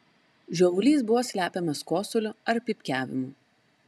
žiovulys buvo slepiamas kosuliu ar pypkiavimu